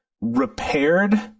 repaired